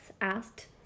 asked